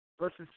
versus